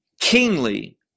kingly